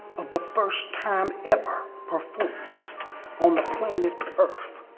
of the first time ever performance on the planet earth.